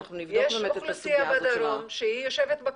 טוב, אנחנו נבדוק באמת את הסוגייה הזאת.